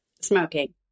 smoking